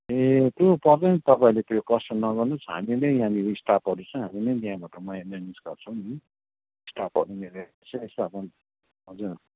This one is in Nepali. ए त्यो पर्दैन तपाईँले त्यो कष्ट नगर्नुहोस् हामीले यहाँनिर स्टाफहरू छ हामी नै यहाँबाट म्यानेज गर्छौँ नि स्टाफहरू मिलेर चाहिँ स्टाफहरू हजुर